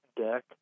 deck